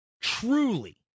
truly